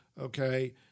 okay